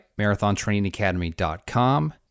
marathontrainingacademy.com